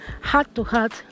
heart-to-heart